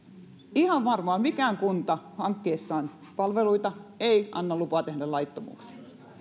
ihan varmasti mikään kunta hankkiessaan palveluita ei anna lupaa tehdä laittomuuksia